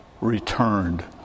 Returned